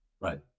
Right